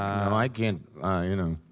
i can't you know.